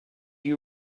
you